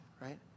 right